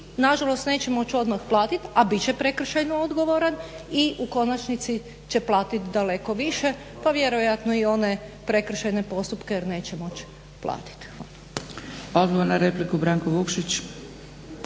nažalost neće moć odmah platit a bit će prekršajno odgovoran i u konačnici će platiti daleko više, pa vjerojatno i one prekršajne postupke jer neće moć platit. Hvala.